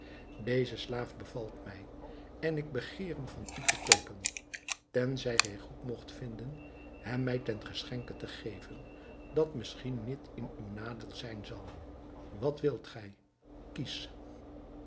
deze slaaf bevalt mij en ik begeer hem van u te koopen tenzij gij goed mogt vinden hem mij ten geschenke te geven dat misschien niet in uw nadeel zijn zal wat wilt gij kies